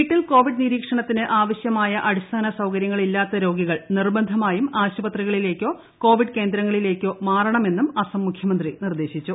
വീട്ടിൽ കോവിഡ് നിരീക്ഷണത്തിന് ആവശ്യമായ അടിസ്ഥാനസൌകര്യങ്ങൾ ഇല്ലാത്ത രോഗികൾ നിർബന്ധമായും ആശുപത്രികളിലേക്കോ കോവിഡ് കേന്ദ്രങ്ങളിലേക്കോ മാറണമെന്നും അസം മുഖ്യമന്ത്രി നിർദ്ദേശിച്ചു